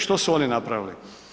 Što su oni napravili?